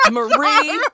Marie